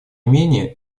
менее